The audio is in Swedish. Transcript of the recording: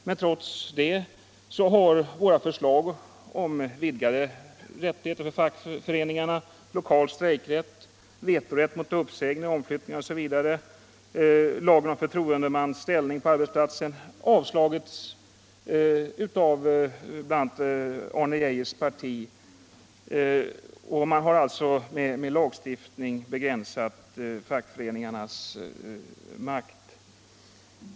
Men trots det har våra förslag om vidgade rättigheter för fackföreningarna, lokal strejkrätt, vetorätt mot uppsägning och omflyttning, lagen om förtroendemans ställning på arbetsplatsen avslagits av bl.a. Arne Geijers parti. Man har alltså med hjälp av lagstiftning begränsat fackföreningarnas makt.